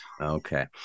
Okay